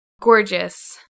Gorgeous